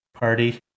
party